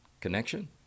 connection